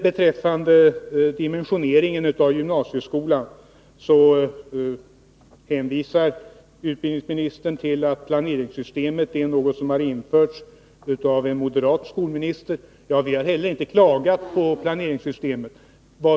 Beträffande dimensioneringen av gymnasieskolan hänvisar utbildningsministern till att planeringssystemet är någonting som införts av en moderat skolminister. Vi har inte heller klagat på planeringssystemet.